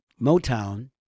Motown